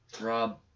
Rob